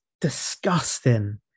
disgusting